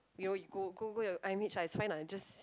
you know you go go go your i_m_h ah it's fine lah just